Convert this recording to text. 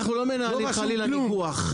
אנחנו לא מנהלים חלילה ויכוח,